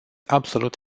absolut